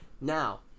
now